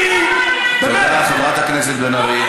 לא מעניין, תודה, חברת הכנסת בן ארי.